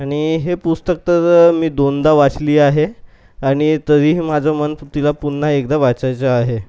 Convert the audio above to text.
आणि हे पुस्तक तर मी दोनदा वाचली आहे आणि तरीही माझं मन तिला पुन्हा एकदा वाचायचं आहे